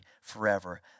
forever